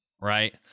right